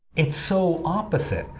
it's so opposite.